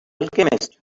alchemist